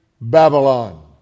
Babylon